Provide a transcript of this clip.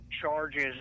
charges